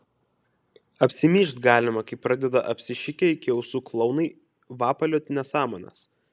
apsimyžt galima kai pradeda apsišikę iki ausų klounai vapalioti nesąmones